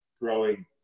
growing